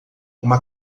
uma